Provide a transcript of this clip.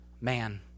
man